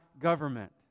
government